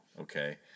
Okay